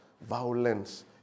violence